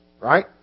right